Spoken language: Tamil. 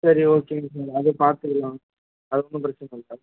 சரி ஓகே நீங்கள் அதை பார்த்துக்குலாம் அது ஒன்றும் பிரச்சனை இல்லை